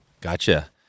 gotcha